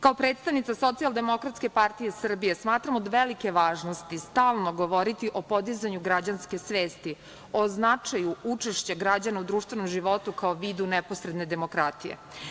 Kao predstavnica SDPS smatram od velike važnosti stalno govoriti o podizanju građanske svesti, o značaju učešća građana u društvenom životu, kao vidu neposredne demokratije.